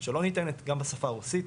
שלא ניתנת גם בשפה הרוסית,